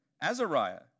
Azariah